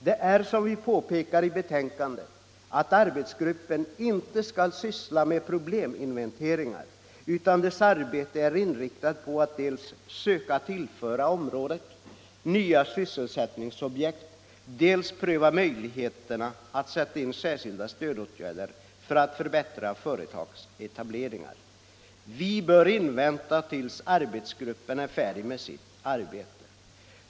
Det är så som vi påpekar i betänkandet att arbetsgruppen inte skall syssla med probleminventeringar, utan dess arbete är inriktat på att dels söka tillföra området nya sysselsättningsobjekt, dels pröva möjligheterna att sätta in särskilda stödåtgärder för att underlätta företagsetableringar. Vi bör vänta tills arbetsgruppen är färdig med sitt arbete.